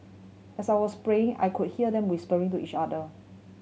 as I was praying I could hear them whispering to each other